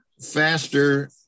faster